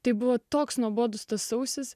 tai buvo toks nuobodus tas sausis